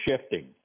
shifting